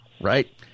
right